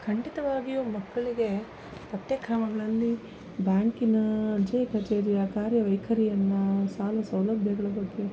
ಖಂಡಿತವಾಗಿಯೂ ಮಕ್ಕಳಿಗೆ ಪಠ್ಯಕ್ರಮಗಳಲ್ಲಿ ಬ್ಯಾಂಕಿನ ಅಂಚೆ ಕಚೇರಿಯ ಕಾರ್ಯವೈಖರಿಯನ್ನು ಸಾಲ ಸೌಲಭ್ಯಗಳ ಬಗ್ಗೆ